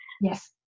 Yes